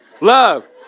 love